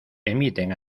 emiten